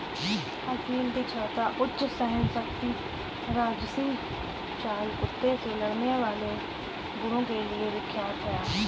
असील तीक्ष्णता, उच्च सहनशक्ति राजसी चाल कुत्ते से लड़ने वाले गुणों के लिए विख्यात है